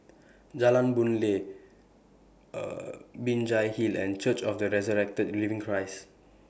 Jalan Boon Lay Binjai Hill and Church of The Resurrected Living Christ